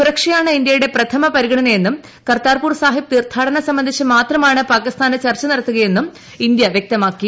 സുരക്ഷയാണ് ഇന്ത്യയുടെ പ്രഥമ പരിഗണന എന്നും കർത്താർപൂർ സാഹിബ് തീർത്ഥാടനം സംബന്ധിച്ച് മാത്രമാണ് പാകിസ്ഥാനുമായി ചർച്ച നടത്തുകയെന്നും ഇന്ത്യ വ്യക്തമാക്കി